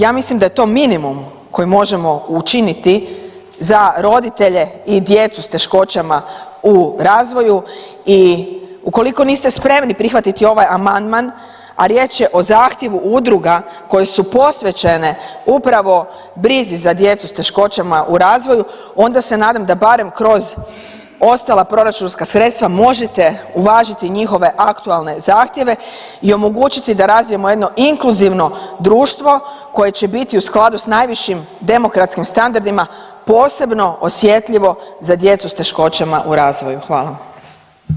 Ja mislim da je to minimum koji možemo učiniti za roditelje i djecu s teškoćama u razvoju i ukoliko niste spremni prihvatiti ovaj amandman, a riječ je o zahtjevu udruga koje su posvećene upravo brizi za djecu s teškoćama u razvoju onda se nadam da barem kroz ostala proračunska sredstva možete uvažiti njihove aktualne zahtjeve i omogućiti da razvijemo jedno inkluzivno društvo koje će biti u skladu s najvišim demokratskim standardima posebno osjetljivo za djecu s teškoćama u razvoju.